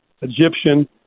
Egyptian